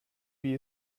wie